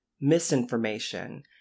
misinformation